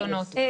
במלונות.